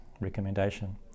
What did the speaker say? recommendation